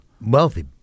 wealthy